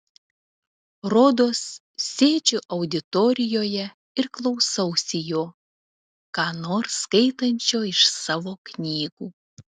rodos sėdžiu auditorijoje ir klausausi jo ką nors skaitančio iš savo knygų